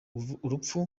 urupfu